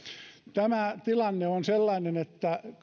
tämä tilanne on sellainen että